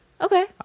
Okay